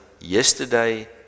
yesterday